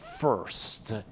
first